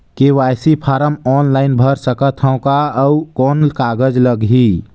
KYC form online भर सकत हवं का? अउ कौन कागज लगही?